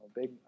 big –